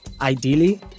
Ideally